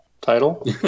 title